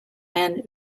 and